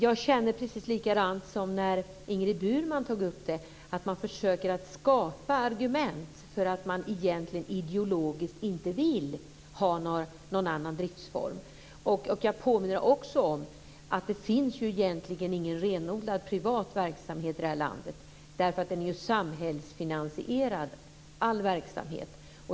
Jag känner precis likadant som när Ingrid Burman tog upp frågan. Man försöker att skapa argument eftersom man ideologiskt inte vill ha någon annan driftsform. Jag vill också påminna om att det egentligen inte finns någon renodlad privat verksamhet i det här landet. All verksamhet är samhällsfinansierad.